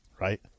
right